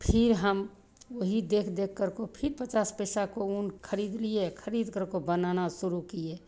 फिर हम वही देख देख करके फिर हम पचास पैसा का ऊन खरीद लिए खरीद करको बनाना शुरू किए